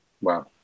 wow